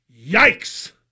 Yikes